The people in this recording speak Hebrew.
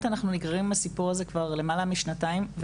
נגררים עם הסיפור הזה כבר למעלה משנתיים,